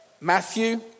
Matthew